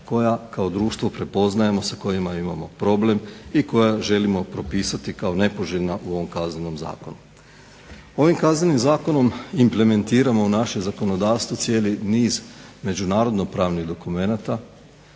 koja kao društvo prepoznajemo, sa kojima imamo problem i koja želimo propisati kao nepoželjna u ovom Kaznenom zakonu. Ovim Kaznenim zakonom implementiramo u naše zakonodavstvo cijeli niz međunarodno pravnih dokumenata